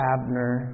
Abner